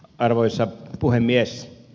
arvoisa puhemies